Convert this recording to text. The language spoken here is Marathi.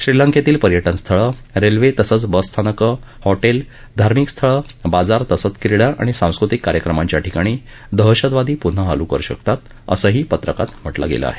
श्रीलंकेतील पर्यटन स्थळ रेल्वे तसंच बस स्थानकं हॉटेल धार्मिक स्थळ बाजार तसंच क्रिडा आणि सांस्कृतिक कार्यक्रमाच्या ठिकाणी दहशतवादी पुन्हा हल्ला करु शकतात असंही पत्रकात म्हटलं गेलं आहे